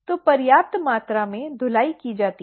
तो पर्याप्त मात्रा में धुलाई की जाती है